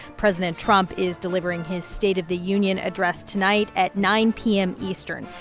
president trump is delivering his state of the union address tonight at nine p m. eastern.